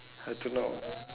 I don't know